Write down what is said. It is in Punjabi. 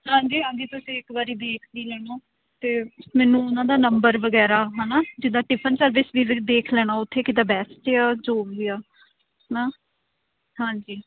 ਹਾਂਜੀ ਹਾਂਜੀ ਤੁਸੀਂ ਇੱਕ ਵਾਰ ਦੇਖ ਵੀ ਲੈਣਾ ਅਤੇ ਮੈਨੂੰ ਉਹਨਾਂ ਦਾ ਨੰਬਰ ਵਗੈਰਾ ਹੈ ਨਾ ਜਿੱਦਾਂ ਟਿਫਨ ਸਰਵਿਸ ਵੀ ਦੇਖ ਲੈਣਾ ਉੱਥੇ ਕਿੱਦਾਂ ਬੈਸਟ ਆ ਜੋ ਵੀ ਆ ਹੈ ਨਾ ਹਾਂਜੀ